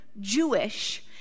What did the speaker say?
Jewish